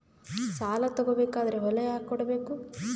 ಸಾಲ ತಗೋ ಬೇಕಾದ್ರೆ ಹೊಲ ಯಾಕ ಕೊಡಬೇಕು?